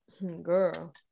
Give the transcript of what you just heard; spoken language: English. Girl